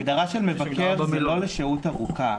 ההגדרה של מבקר זה לא ללינה ולא לשהות ארוכה.